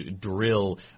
drill